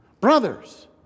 brothers